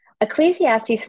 Ecclesiastes